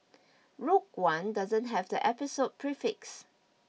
Rogue One doesn't have the episode prefix